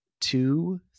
two